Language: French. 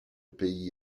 pays